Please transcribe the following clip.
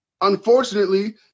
unfortunately